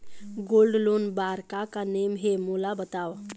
Gold loan बार का का नेम हे, मोला बताव?